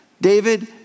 David